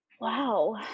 Wow